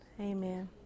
Amen